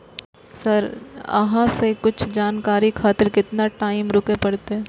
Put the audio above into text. Sir अहाँ से कुछ जानकारी खातिर केतना टाईम रुके परतें?